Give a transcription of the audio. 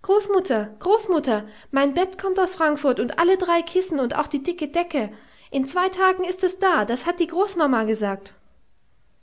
großmutter großmutter mein bett kommt aus frankfurt und alle drei kissen und auch die dicke decke in zwei tagen ist es da das hat die großmama gesagt